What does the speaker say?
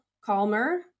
calmer